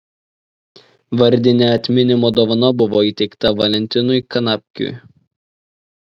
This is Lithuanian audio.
vardinė atminimo dovana buvo įteikta valentinui kanapkiui